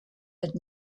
had